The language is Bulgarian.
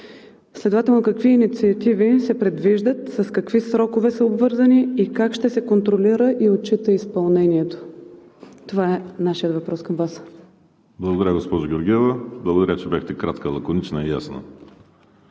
Следователно какви инициативи се предвиждат, с какви срокове са обвързани и как ще се контролира и отчита изпълнението? Това е нашият въпрос към Вас. ПРЕДСЕДАТЕЛ ВАЛЕРИ СИМЕОНОВ: Благодаря, госпожо Георгиева. Благодаря, че бяхте кратка, лаконична и ясна.